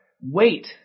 Wait